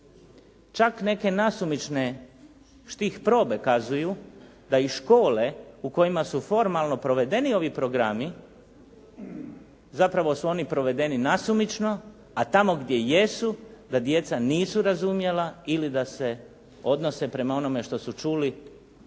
Čak neke nasumične štih probe kazuju da i škole u kojima su formalno provedeni ovi programi zapravo su oni provedeni nausmično, a tamo gdje jesu da djeca nisu razumjela ili da se odnose prema onome što su čuli